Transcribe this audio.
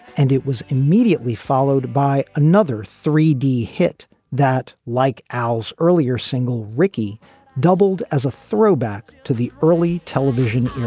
and it was immediately followed by another three d hit that like owls earlier single riki doubled as a throwback to the early television era